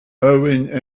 irwin